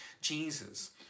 Jesus